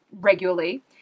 regularly